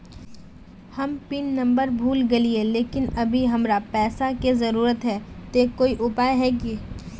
हम PIN number भूल गेलिये लेकिन अभी हमरा पैसा के जरुरत है ते कोई उपाय है की?